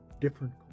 different